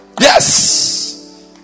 yes